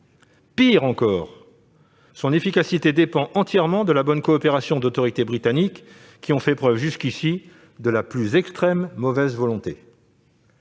Pire encore, son efficacité dépend entièrement de la bonne coopération d'autorités britanniques, qui ont fait preuve jusqu'ici d'une extrême mauvaise volonté.